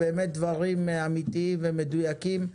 באמת דברים אמיתיים ומדויקים.